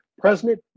President